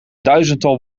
duizendtal